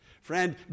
Friend